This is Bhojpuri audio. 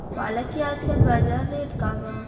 पालक के आजकल बजार रेट का बा?